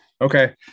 Okay